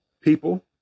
People